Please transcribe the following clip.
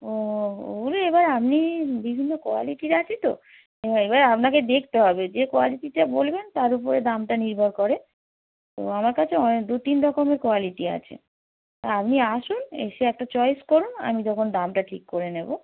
ও ওগুলো এবার আপনি বিভিন্ন কোয়ালিটির আছে তো এবার এবার আপনাকে দেখতে হবে যে কোয়ালিটিটা বলবেন তার উপরে দামটা নির্ভর করে তো আমার কাছে অনেক দু তিন রকমের কোয়ালিটি আছে তা আপনি আসুন এসে একটা চয়েস করুন আমি তখন দামটা ঠিক করে নেব